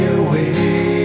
away